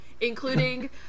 Including